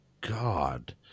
God